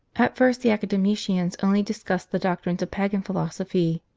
at first the academicians only discussed the doctrines of pagan philosophy.